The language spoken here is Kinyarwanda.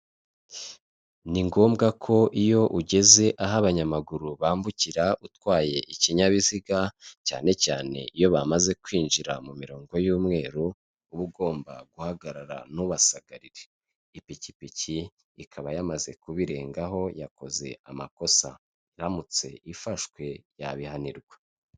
Ni ngombwa ko iyo ugeze aho abanyamaguru bambukira utwaye ikinyabiziga cyane cyane iyo bamaze kwinjira mu mirongo y'umweru uba ugomba guhagarara ntubasagarire, ipikipiki ikaba yamaze kubirengaho yakoze amakosa, iramutse ifashwe yabihanirwa.